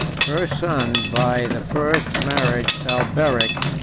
her son by the first marriage, alberic,